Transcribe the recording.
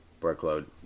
workload